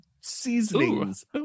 seasonings